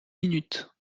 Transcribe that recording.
minutes